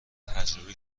تجربه